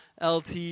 LT